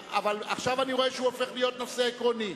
ועכשיו אני רואה שהוא הופך להיות נושא עקרוני.